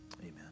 Amen